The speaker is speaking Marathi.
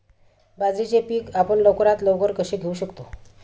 बाजरीचे पीक आपण लवकरात लवकर कसे घेऊ शकतो?